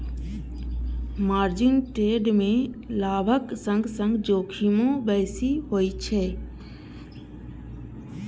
margin trade मे लाभक संग संग जोखिमो बेसी होइ छै